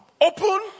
open